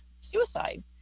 suicide